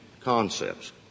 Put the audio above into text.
concepts